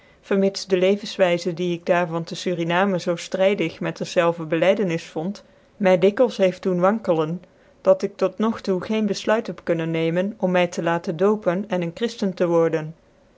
vermits de levcnswyzc die ik daar van te surinamcn zoo ftrydig met dcrzclver bclydenis vond my dikwüs heeft deen wankelen dat ik tot nog toe geen bcfluit heb kunnen nemen om my te laten dopen en een christen te worden